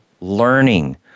learning